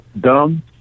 dumb